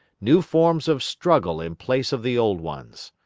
new forms of struggle in place of the old ones.